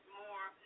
more